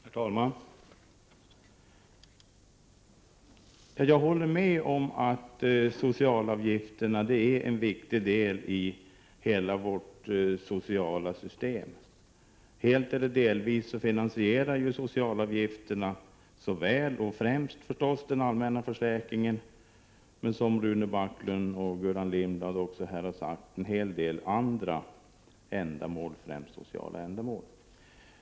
Herr talman! Jag håller med om att socialavgifterna är en viktig del av vårt sociala system. Helt eller delvis finansierar ju socialavgifterna främst den allmänna försäkringen, men de går också, som Rune Backlund och Gullan Lindblad här har sagt, till en hel del andra, främst sociala, ändamål.